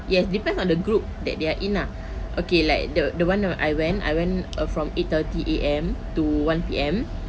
yes depends on the group that they in ah okay like the the one I went I went uh from eight thirty A_M to one P_M